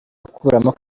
akuramo